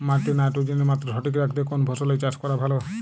মাটিতে নাইট্রোজেনের মাত্রা সঠিক রাখতে কোন ফসলের চাষ করা ভালো?